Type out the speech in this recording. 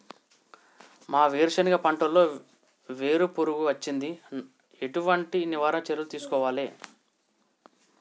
మా వేరుశెనగ పంటలలో వేరు పురుగు వచ్చింది? ఎటువంటి నివారణ చర్యలు తీసుకోవాలే?